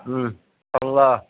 ꯎꯝ